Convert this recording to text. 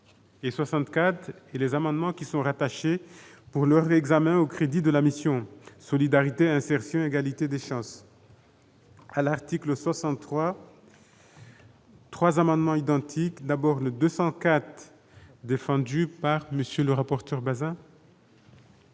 et 64 et les amendements qui sont rattachés pour leur examen au crédits de la mission Solidarité, insertion et égalité des chances.